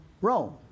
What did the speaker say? Rome